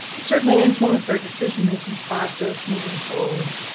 certainly influence our decision making process moving forward.